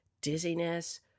dizziness